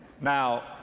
Now